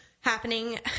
happening